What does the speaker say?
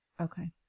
Okay